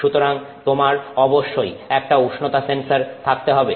সুতরাং তোমার অবশ্যই একটা উষ্ণতা সেন্সর থাকতে হবে